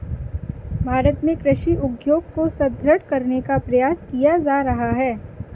भारत में कृषि उद्योग को सुदृढ़ करने का प्रयास किया जा रहा है